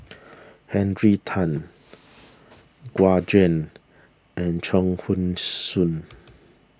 Henry Tan Gu Juan and Chuang Hui Tsuan